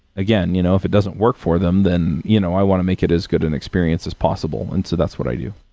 again, you know if it doesn't work for them, then you know i want to make it as good an experience as possible. and so that's what i do.